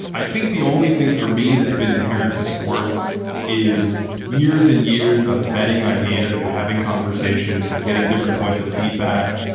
i think the only thing for me that's been inherent to sports is years and years of vetting ideas and having conversations and getting different points of feedback,